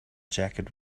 jacket